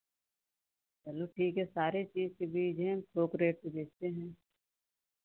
चलो ठीक है सारे चीज़ के बीज हैं थोक रेट पर बेचते हैं